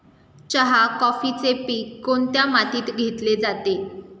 चहा, कॉफीचे पीक कोणत्या मातीत घेतले जाते?